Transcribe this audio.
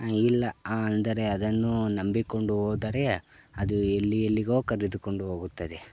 ಇಲ್ಲ ಅಂದರೆ ಅದನ್ನು ನಂಬಿಕೊಂಡು ಹೋದರೆ ಅದು ಎಲ್ಲಿ ಎಲ್ಲಿಗೋ ಕರೆದುಕೊಂಡು ಹೋಗುತ್ತದೆ